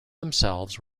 themselves